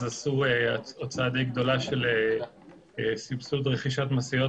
אז עשו הוצאה די גדולה של סבסוד רכישת משאיות